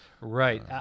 Right